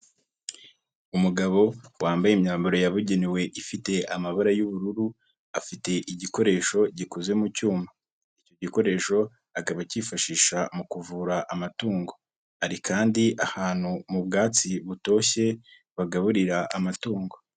Umugabo wambaye imyambaro yabugenewe ifite amabara y'ubururu afite igikoresho gikoze mu cyuma, icyo gikoresho akaba akifashisha mu kuvura amatungo, hari kandi ahantu mu bwatsi butoshye bagaburira amatungo.